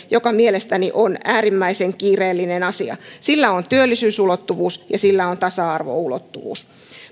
joka mielestäni on äärimmäisen kiireellinen asia sillä on työllisyysulottuvuus ja sillä on tasa arvoulottuvuus